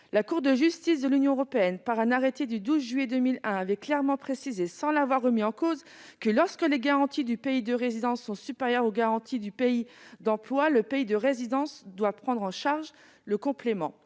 La Cour de justice de l'Union européenne, par un arrêt du 12 juillet 2001, avait clairement précisé, sans rien remettre en cause, que, « lorsque les garanties du pays de résidence sont supérieures aux garanties du pays d'emploi, le pays de résidence doit prendre en charge le complément